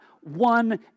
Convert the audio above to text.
one